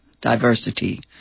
diversity